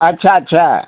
अच्छा अच्छा